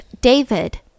David